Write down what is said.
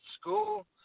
school